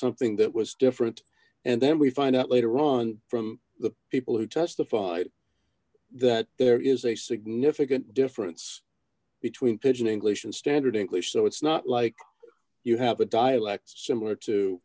something that was different and then we find out later on from the people who testified that there is a significant difference between pidgin english and standard english so d it's not like you have a dialect similar to